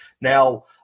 Now